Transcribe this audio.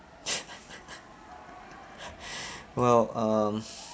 well um